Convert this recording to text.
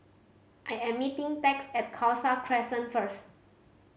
I am meeting Tex at Khalsa Crescent first